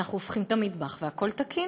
אנחנו הופכים את המטבח, והכול תקין.